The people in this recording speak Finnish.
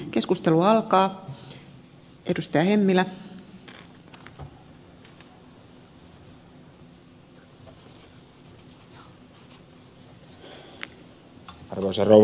arvoisa rouva puhemies